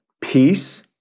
peace